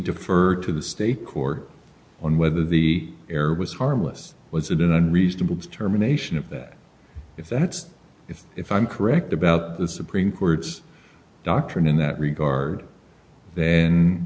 defer to the state court on whether the error was harmless was it an unreasonable terminations of that if that's if if i'm correct about the supreme court's doctrine in that regard